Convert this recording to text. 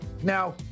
Now